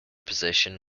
position